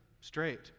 straight